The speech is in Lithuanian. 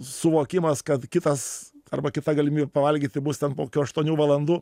suvokimas kad kitas arba kita galimybė pavalgyti bus ten po kokių aštuonių valandų